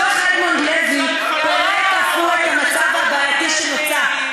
דוח אדמונד לוי פירט אף הוא את המצב הבעייתי שנוצר,